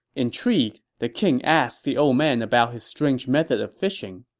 intrigued, the king asked the old man about his strange method of fishing.